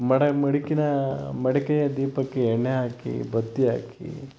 ಮಡೆ ಮಡಿಕಿನ ಮಡಿಕೆಯ ದೀಪಕ್ಕೆ ಎಣ್ಣೆ ಹಾಕಿ ಬತ್ತಿ ಹಾಕಿ